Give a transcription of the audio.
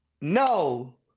no